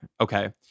Okay